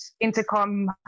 Intercom